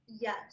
yes